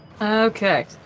Okay